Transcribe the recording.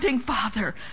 Father